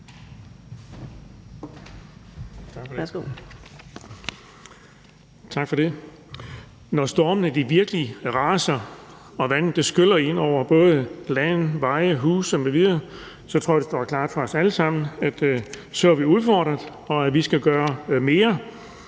Når stormene virkelig raser og vandet skyller ind over både land, veje og huse m.v., tror jeg det står klart for os alle sammen, at så er vi udfordret, og at vi skal gøre mere.